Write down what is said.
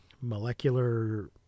molecular